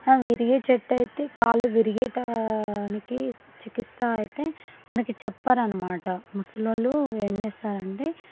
విరిగే చెట్టయితే కాళ్ళు విరిగటానికి చికిత్స అయితే మనకి చెప్పరన్నమాట ముసలోళ్ళు ఏం చేస్తారంటే